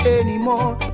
anymore